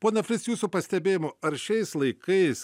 ponia flis jūsų pastebėjimu ar šiais laikais